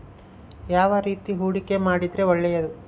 ಯಾವ ರೇತಿ ಹೂಡಿಕೆ ಮಾಡಿದ್ರೆ ಒಳ್ಳೆಯದು?